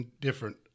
different